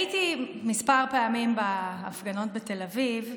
הייתי כמה פעמים בהפגנות בתל אביב,